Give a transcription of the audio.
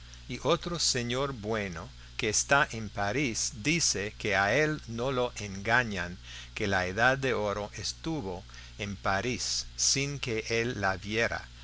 y otro señor bueno que está en parís dice que a él no lo engañan que la edad de oro estuvo en parís sin que él la viera